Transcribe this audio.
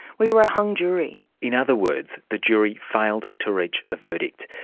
we were a hung jury. in other words, the jury failed to reach a verdict.